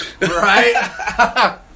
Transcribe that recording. right